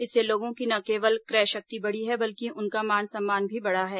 इससे लोगों की न केवल क्रय शक्ति बढ़ी है बल्कि उनका मान सम्मान भी बढ़ा है